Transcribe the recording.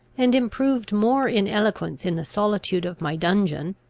and improved more in eloquence in the solitude of my dungeon,